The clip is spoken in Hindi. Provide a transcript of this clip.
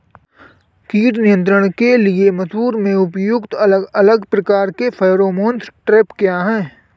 कीट नियंत्रण के लिए मसूर में प्रयुक्त अलग अलग प्रकार के फेरोमोन ट्रैप क्या है?